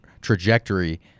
trajectory